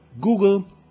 Google